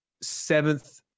seventh